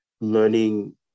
learning